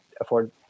afford